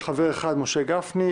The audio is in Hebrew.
חבר אחד: משה גפני,